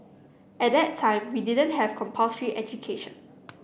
at that time we didn't have compulsory education